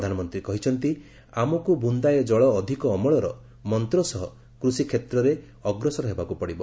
ପ୍ରଧାନମନ୍ତ୍ରୀ କହିଛନ୍ତି 'ଆମକୁ ବୁନ୍ଦାଏ ଜଳ ଅଧିକ ଅମଳ'ର ମନ୍ତ୍ର ସହ କୃଷିକ୍ଷେତ୍ରରେ ଅଗ୍ରସର ହେବାକୁ ପଡ଼ିବ